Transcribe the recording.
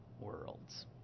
worlds